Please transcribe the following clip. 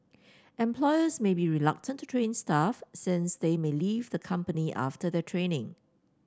employers may be reluctant to train staff since they may leave the company after their training